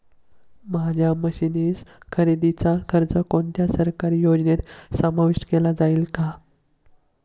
माझ्या मशीन्स खरेदीचा खर्च कोणत्या सरकारी योजनेत समाविष्ट केला जाईल का?